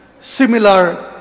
similar